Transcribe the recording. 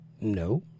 No